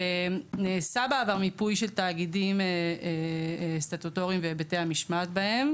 נעשה בעבר מיפוי של תאגידים סטטוטוריים בהיבטי המשמעת בהם,